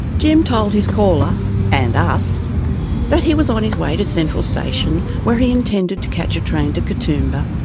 jim told his caller and us that he was on his way to central station, where he intended to catch a train to katoomba,